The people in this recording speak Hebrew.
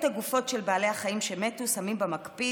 את הגופות של בעלי החיים שמתו שמים במקפיא